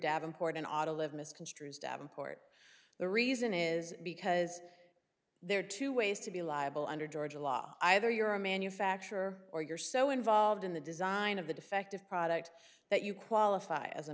davenport and auto live misconstrues davenport the reason is because there are two ways to be liable under georgia law either you're a manufacturer or you're so involved in the design of the defective product that you qualify as a